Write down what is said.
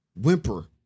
whimper